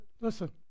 listen